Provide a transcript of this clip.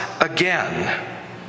again